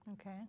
Okay